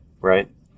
right